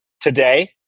today